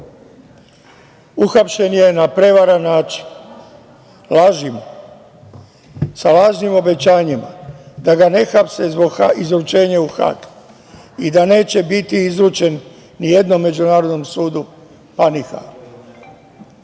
Uhapšen je na prevaren način, lažima, sa lažnim obećanjem da ga ne hapse zbog izručenja u Hag i da neće biti izručen ni jednom međunarodnom sudu pa ni